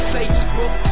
Facebook